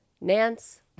Nance